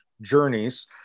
journeys